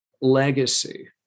legacy